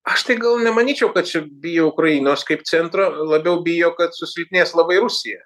aš tai gal nemanyčiau kad čia bijo ukrainos kaip centro labiau bijo kad susilpnės labai rusija